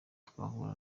twahura